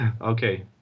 Okay